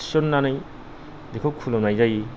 थिसन्नानै बेखौ खुलुमनाय जायो